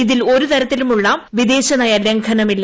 ഇതിൽ ഒരു തരത്തിലുമുള്ള വിദേശനയ ലംഘനമില്ല